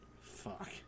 Fuck